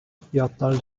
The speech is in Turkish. fiyatlar